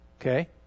Okay